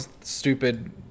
stupid